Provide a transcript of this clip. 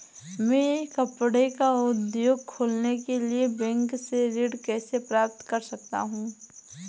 मैं कपड़े का उद्योग खोलने के लिए बैंक से ऋण कैसे प्राप्त कर सकता हूँ?